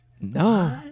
No